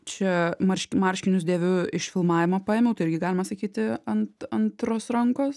čia marški marškinius dėviu iš filmavimo paėmiau tai irgi galima sakyti ant antros rankos